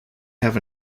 have